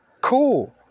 Cool